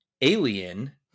Alien